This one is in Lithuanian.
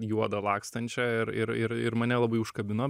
juodą lakstančią ir ir ir ir mane labai užkabino